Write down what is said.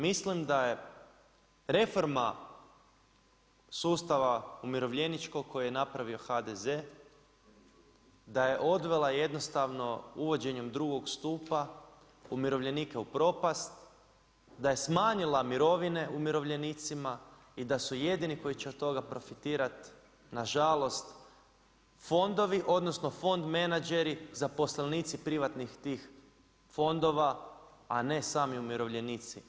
Mislim da je reforma sustava umirovljeničkog koji je napravio HDZ da je odvela uvođenjem drugog stupa umirovljenike u propast, da je smanjila mirovine umirovljenicima i da su jedini koji će od toga profitirat, nažalost fondovi odnosno fond menadžeri zaposlenici privatnih tih fondova, a ne sami umirovljenici.